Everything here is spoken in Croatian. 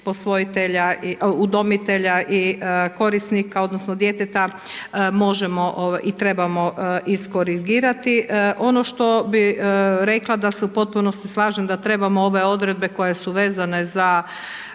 posvojitelja, udomitelja i korisnika, odnosno djeteta možemo i trebamo iskorigirati. Ono što bih rekla da se u potpunosti slažem da trebamo ove odredbe koje su vezane za